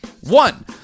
One